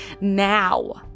Now